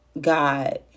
God